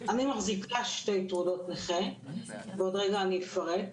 אני מחזיקה שתי תעודות נכה ועוד רגע אני אפרט,